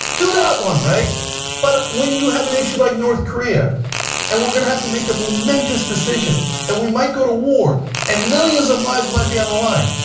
do that one. but when you have an issue like north korea and we're going to have to make a momentous decision and we might go to war and millions of lives might be on the line.